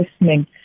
listening